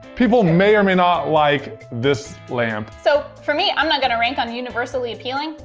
people may or may not like this lamp. so, for me, i'm not gonna rank on universally appealing.